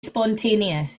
spontaneous